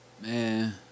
Man